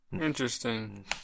Interesting